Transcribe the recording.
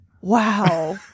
Wow